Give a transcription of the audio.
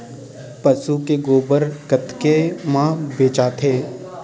पशु के गोबर कतेक म बेचाथे?